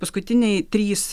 paskutiniai trys